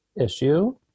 issue